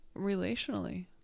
relationally